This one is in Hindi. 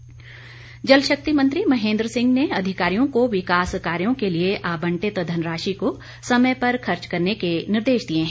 महेन्द्र सिंह जल शक्ति मंत्री महेन्द्र सिंह ने अधिकारियों को विकास कार्यों के लिए आबंटित धनराशि को समय पर खर्च करने के निर्देश दिए हैं